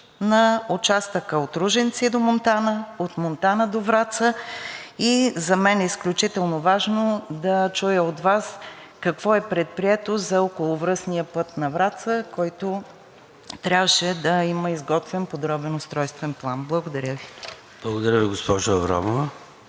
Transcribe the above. на участъка от Ружинци до Монтана, от Монтана до Враца? За мен е изключително важно да чуя от Вас какво е предприето за околовръстния път на Враца, който трябваше да има изготвен подробен устройствен план. Благодаря Ви. ПРЕДСЕДАТЕЛ ЙОРДАН